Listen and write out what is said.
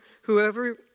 whoever